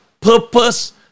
purpose